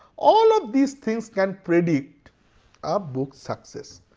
all of these things can predict a book success.